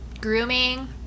grooming